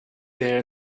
there